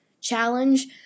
Challenge